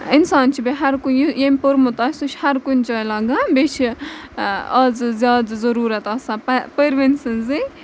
اِنسان چھِ بیٚیہِ ہرکُنہِ یہِ ییٚمۍ پوٚرمُت آسہِ سُہ چھِ ہرکُنہِ جاے لَگان بیٚیہِ چھِ آزٕ زیادٕ ضٔروٗرت آسان پَ پٔرۍ وٕنۍ سٕنٛزٕے